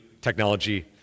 technology